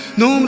no